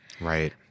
Right